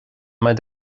mbeidh